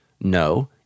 no